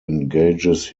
engages